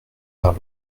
par